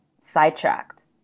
sidetracked